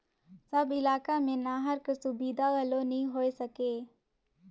सब इलाका मे नहर कर सुबिधा घलो नी होए सके